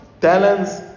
talents